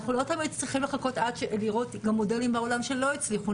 צריך לראות גם מודלים בעולם שלא הצליחו.